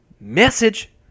message